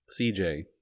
CJ